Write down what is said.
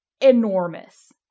enormous